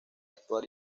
actuar